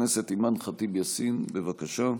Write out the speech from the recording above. לחברת הכנסת אימאן ח'טיב יאסין, בבקשה.